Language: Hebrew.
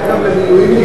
היה גם למילואימניקים.